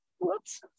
whoops